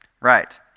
right